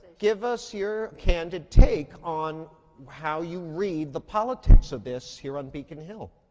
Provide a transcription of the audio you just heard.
give us your candid take on how you read the politics of this here on beacon hill.